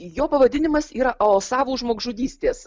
jo pavadinimas yra osavo žmogžudystės